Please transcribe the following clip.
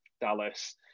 Dallas